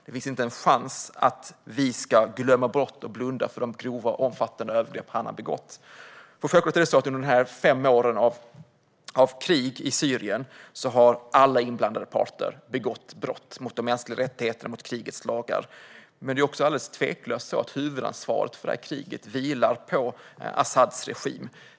Det finns inte en chans att vi ska glömma bort och blunda för de grova och omfattande övergrepp han har begått. Under de fem åren av krig i Syrien har alla inblandade parter självklart begått brott mot de mänskliga rättigheterna och mot krigets lagar, men tveklöst vilar huvudansvaret för kriget på Asads regim.